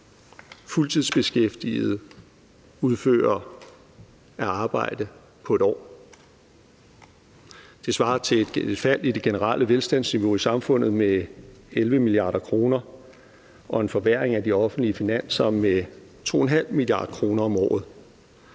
fuldtidsbeskæftigede udfører af arbejde på 1 år. Det svarer til et fald i det generelle velstandsniveau i samfundet med 11 mia. kr. og en forværring af de offentlige finanser med 2,5 mia. kr. om året.